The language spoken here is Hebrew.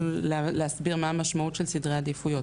להסביר מה המשמעות של סדרי עדיפויות.